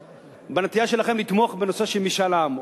בנטייה שלכם לתמוך בנושא של משאל עם.